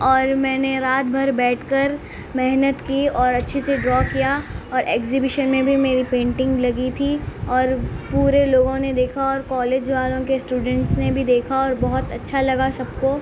اور میں نے رات بھر بیٹھ کر محنت کی اور اچھے سے ڈرا کیا اور ایگزیبشن میں بھی میری پینٹنگ لگی تھی اور پورے لوگوں نے دیکھا اور کالج والوں کے اسٹوڈنٹس نے بھی دیکھا اور بہت اچھا لگا سب کو